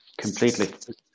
Completely